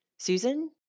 Susan